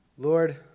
Lord